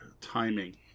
timing